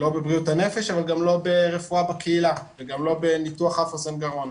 לא בבריאות הנפש אבל גם לא ברפואה בקהילה וגם לא בניתוח אף אוזן גרון.